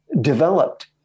developed